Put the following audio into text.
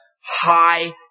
high